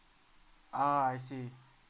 ah I see